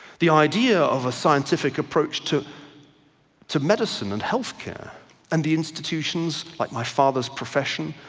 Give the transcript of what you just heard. the idea of a scientific approach to to medicine and healthcare and the institutions like my father's profession,